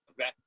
Okay